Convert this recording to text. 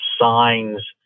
signs